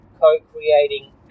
co-creating